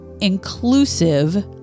inclusive